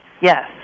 Yes